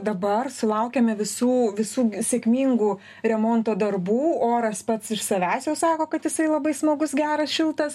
dabar sulaukiame visų visų sėkmingų remonto darbų oras pats iš savęs jau sako kad jisai labai smagus geras šiltas